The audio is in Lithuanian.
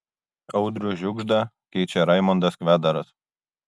audrių žiugždą keičia raimondas kvedaras